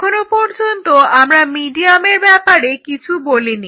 এখনো পর্যন্ত আমরা মিডিয়ামের ব্যাপারে কিছু বলিনি